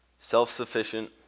self-sufficient